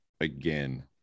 again